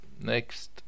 Next